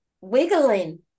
Wiggling